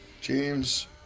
James